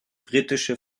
britische